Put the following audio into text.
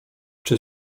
czy